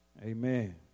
Amen